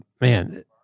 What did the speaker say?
man